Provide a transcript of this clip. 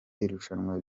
irushanwa